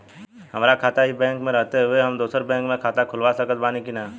हमार खाता ई बैंक मे रहते हुये हम दोसर बैंक मे खाता खुलवा सकत बानी की ना?